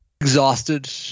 exhausted